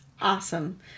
Awesome